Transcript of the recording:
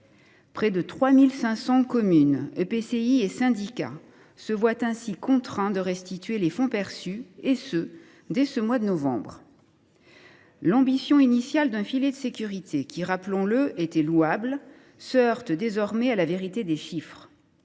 intercommunale (EPCI) et syndicats se voient ainsi contraints de restituer les fonds reçus, et ce dès ce mois de novembre. L’ambition initiale d’un filet de sécurité, qui était louable, se heurte désormais à la vérité des chiffres.